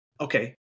Okay